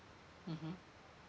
mmhmm